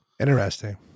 interesting